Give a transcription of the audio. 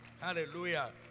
Hallelujah